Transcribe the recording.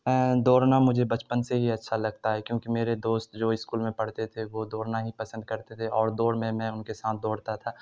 دورنا مجھے بچپن سے ہی اچھا لگتا ہے کیونکہ میرے دوست جو اسکول میں پڑھتے تھے وہ دورنا ہی پسند کرتے تھے اور دوڑ میں ان کے ساتھ دوڑتا تھا